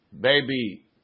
baby